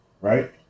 Right